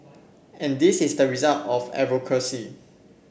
and this is the result of advocacy